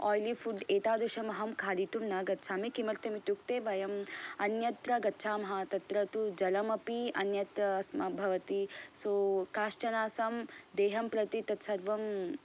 आय्ली food एतादृशं अहं खादितुं न गच्छामि किमर्थम् इत्युक्ते वयम् अन्यत्र गच्छामः तत्र तु जलमपि अन्यत् स्म भवति सो काश्चन सम् देहं प्रति तत् सर्वं